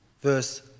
verse